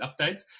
updates